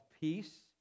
peace